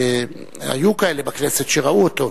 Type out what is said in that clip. שהיו כאלה בכנסת שראו אותו,